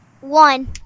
One